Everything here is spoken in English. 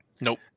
Nope